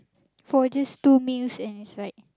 for just two meals and it's like